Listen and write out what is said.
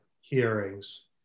hearings